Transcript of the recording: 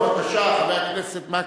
בבקשה, חבר הכנסת מקלב,